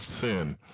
sin